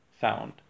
sound